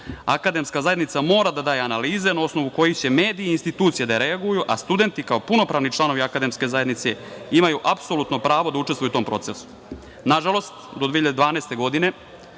Akademska zajednica mora da daje analize na osnovu kojih će mediji i institucije da reaguju, a studenti kao punopravni članovi akademske zajednice imaju apsolutno pravo da učestvuju u tom procesu. Nažalost, do 2012. godine